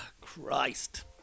Christ